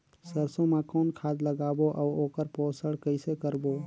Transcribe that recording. सरसो मा कौन खाद लगाबो अउ ओकर पोषण कइसे करबो?